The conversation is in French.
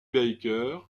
baker